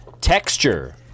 Texture